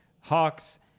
Hawks